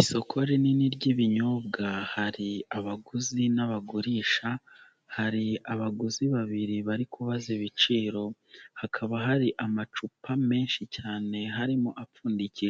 Isoko rinini ry'ibinyobwa, hari abaguzi n'abagurisha, hari abaguzi babiri bari kubaza ibiciro hakaba hari amacupa menshi cyane harimo apfundiji